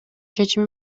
чечими